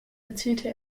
erzielte